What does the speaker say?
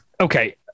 Okay